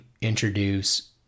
introduce